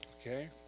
Okay